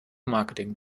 marketing